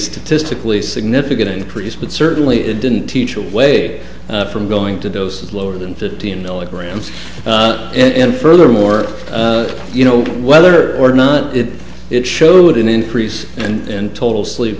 statistically significant increase but certainly it didn't teach away from going to doses lower than fifteen milligrams and furthermore you know whether or not it showed an increase in total sleep